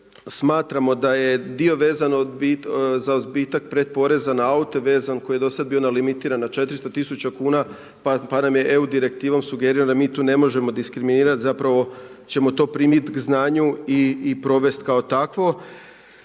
smatramo da je dio vezan za odbitak pred poreza na aute vezan koji je do sad bio nalimitiran na 400 000 kuna pa nam je EU direktivom sugerirano da mi tu ne možemo diskriminirat, zapravo ćemo to primit k znanju i provest kao takvu.